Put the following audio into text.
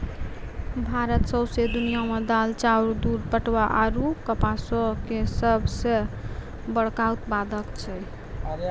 भारत सौंसे दुनिया मे दाल, चाउर, दूध, पटवा आरु कपासो के सभ से बड़का उत्पादक छै